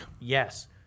Yes